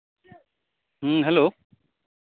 ᱦᱩᱸ ᱦᱮᱞᱳ